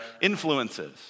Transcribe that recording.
influences